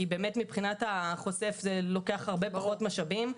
כי מבחינת החושף זה לוקח הרבה פחות משאבים,